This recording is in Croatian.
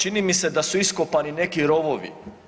Čini mi se da su iskopani neki rovovi.